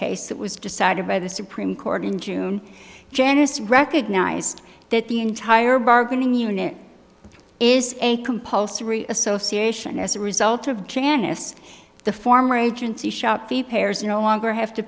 case it was decided by the supreme court in june janice recognized that the entire bargaining unit is a compulsory association as a result of janice the former agency shop the pairs no longer have to